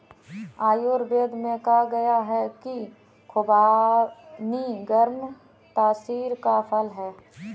आयुर्वेद में कहा गया है कि खुबानी गर्म तासीर का फल है